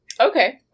Okay